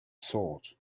sword